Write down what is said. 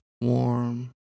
warm